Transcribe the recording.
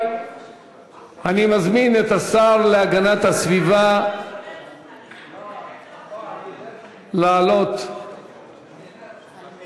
תגיד שאתה לא רוצה לענות, זה הכול.